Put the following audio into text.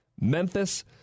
Memphis